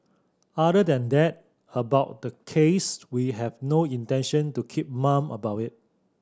other than that about the case we have no intention to keep mum about it